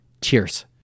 Cheers